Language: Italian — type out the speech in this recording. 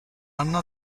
anno